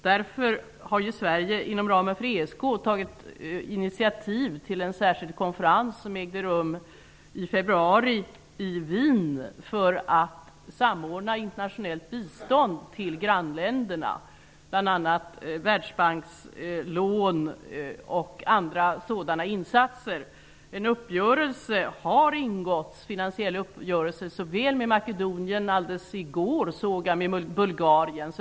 Därför har Sverige inom ramen för ESK tagit initiativ till en särskild konferens som ägde rum i februari i Wien för att samordna internationellt bistånd till grannländerna, bl.a. världsbankslån och andra sådana insatser. En finansiell uppgörelse har ingåtts med Makedonien, i går, och Bulgarien.